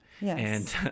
Yes